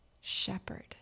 shepherd